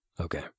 Okay